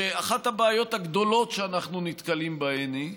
שאחת הבעיות הגדולות שאנחנו נתקלים בהן היא,